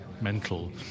mental